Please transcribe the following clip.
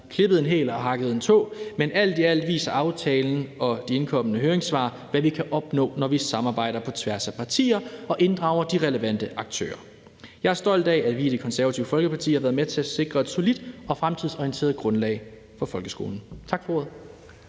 klippet en hæl og hugget en tå, men alt i alt viser aftalen og de indkomne høringssvar, hvad vi kan opnå, når vi samarbejder på tværs af partier og inddrager de relevante aktører. Jeg er stolt af, at vi i Det Konservative Folkeparti har været med til at sikre et solidt og fremtidsorienteret grundlag for folkeskolen. Tak for ordet.